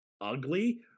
ugly